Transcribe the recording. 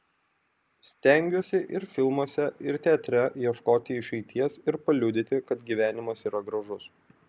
stengiuosi ir filmuose ir teatre ieškoti išeities ir paliudyti kad gyvenimas yra gražus